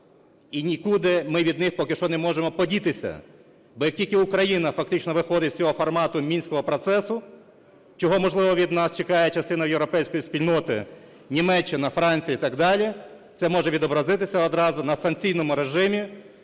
і нікуди ми від них поки що не можемо подітися. Бо як тільки Україна фактично виходить з цього формату "мінського процесу", чого, можливо, від нас чекає частина європейської спільноти – Німеччина, Франція і так далі – це може відобразитися відразу на санкційному режимі